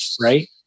right